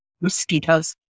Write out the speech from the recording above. mosquitoes